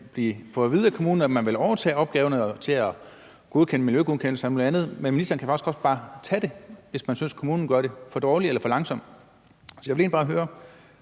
at man vil overtage opgaverne med at lave miljøgodkendelser og andet, men ministeren kan faktisk bare også tage det, hvis man synes, at kommunen gør det for dårligt eller for langsomt. Så jeg vil egentlig bare høre: